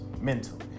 mentally